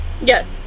yes